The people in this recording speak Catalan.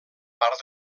part